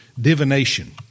divination